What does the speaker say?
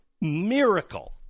miracle